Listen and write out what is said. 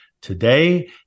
Today